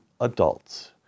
adults